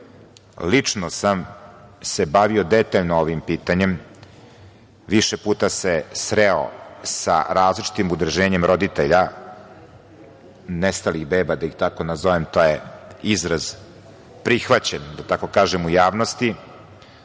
Lično sam se bavio detaljno ovim pitanjem, više puta se sreo sa različitim udruženjem roditelja nestalih beba da ih tako nazovem, to je izraz prihvaćen u javnosti,